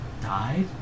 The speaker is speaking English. died